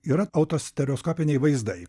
yra autostereoskopiniai vaizdai